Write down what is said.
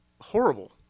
horrible